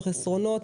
החסרונות,